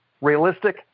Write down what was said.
Realistic